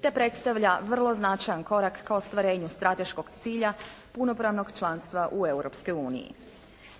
te predstavlja vrlo značajan korak ka ostvarenju strateškog cilja punopravnog članstva u Europskoj uniji.